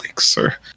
sir